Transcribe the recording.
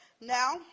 now